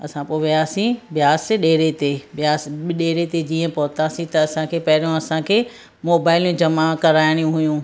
असां पोइ वियासीं ब्यास ॾेरे ते ब्यास ॾेरे ते जीअं पहुतासीं त असांखे पहिरियों असांखे मोबाइलूं जमा कराइणियूं हुयूं